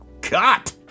Cut